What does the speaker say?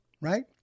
Right